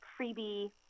freebie